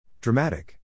Dramatic